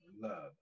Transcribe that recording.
love